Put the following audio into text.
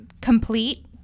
complete